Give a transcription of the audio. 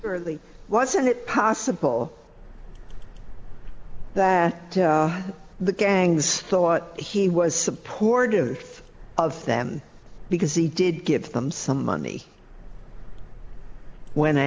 early wasn't it possible that the gangs thought he was supportive of them because he did give them some money when